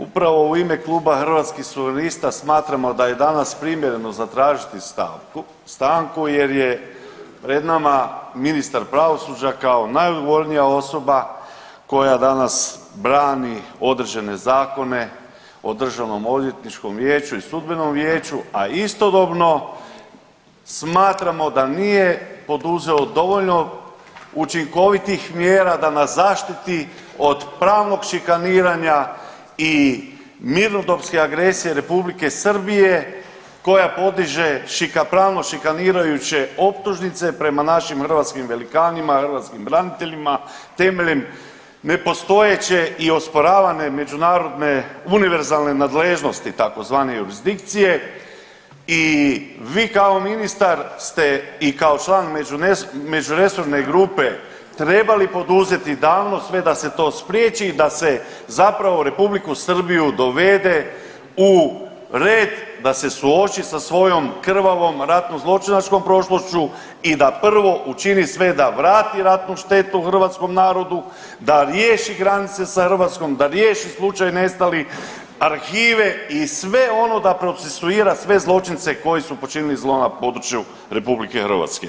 Upravo u ime Kluba Hrvatskih suverenista smatramo da je danas primjereno zatražiti stavku, stanku jer je pred nama ministar pravosuđa kao najodgovornija osoba koja danas brani određene zakone o DOV-u i DSV-u, a istodobno smatramo da nije poduzeo dovoljno učinkovitih mjera da nas zaštiti od pravnog šikaniranja i mirnodopske agresije Republike Srbije koja podiže pravno šikanirajuće optužnice prema našim hrvatskim velikanima, hrvatskim braniteljima temeljem nepostojeće i osporavane međunarodne univerzalne nadležnosti tzv. jurisdikcije i vi kao ministar ste i kao član međuresorne grupe trebali poduzeti davno sve da se to spriječi i da se zapravo Republiku Srbiju dovede u red da se suoči sa svojom krvavom ratno zločinačkom prošlošću i da prvo učini sve da vrati ratnu štetu hrvatskom narodu, da riješi granice sa Hrvatskom, da riješi slučaj nestalih, arhiva i sve ono da procesuira sve zločince koji su počinili zlo na području RH.